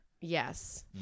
Yes